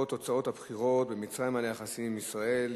תוצאות הבחירות במצרים על היחסים עם ישראל,